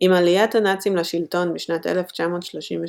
עם עליית הנאצים לשלטון בשנת 1933,